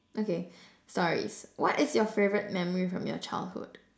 okay stories what is your favourite memory from your childhood